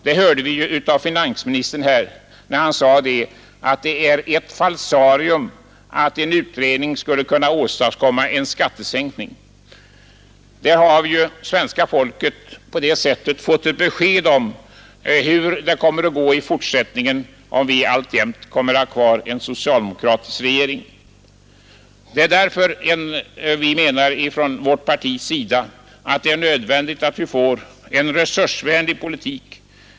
Det hörde vi av finansministern, som sade att det är ett falsarium att påstå att en ny utredning skulle kunna anvisa vägar till en skattesänkning. Där har alltså svenska folket fått besked om hur det kommer att gå i fortsättningen, om vi alltjämt kommer att ha kvar en socialdemokratisk regering! Det är därför som vi i vårt parti menar att det är nödvändigt att vi får en resursvänlig politik.